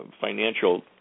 financial